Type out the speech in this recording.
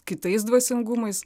kitais dvasingumais